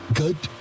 good